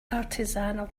artisanal